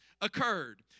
occurred